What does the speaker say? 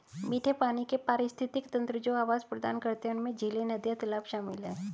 मीठे पानी के पारिस्थितिक तंत्र जो आवास प्रदान करते हैं उनमें झीलें, नदियाँ, तालाब शामिल हैं